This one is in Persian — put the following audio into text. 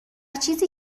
چیزی